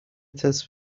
تست